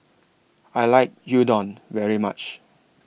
I like Gyudon very much